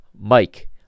Mike